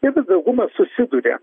ir tas daugumas susiduria